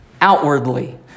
outwardly